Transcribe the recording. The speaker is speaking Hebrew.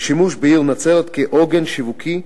ושימוש בעיר נצרת כעוגן שיווקי,